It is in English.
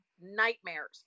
nightmares